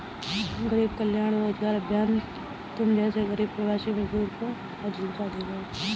गरीब कल्याण रोजगार अभियान तुम जैसे गरीब प्रवासी मजदूरों को आजीविका देगा